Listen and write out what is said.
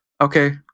Okay